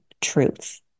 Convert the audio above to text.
truth